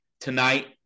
tonight